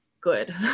good